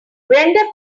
brenda